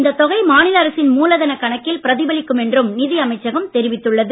இந்தத் தொகை மாநில அரசின் மூலதன கணக்கில் பிரதிபலிக்கும் என்றும் நிதி அமைச்சகம் தெரிவித்துள்ளது